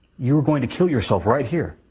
you were going to kill yourself right here?